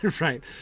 right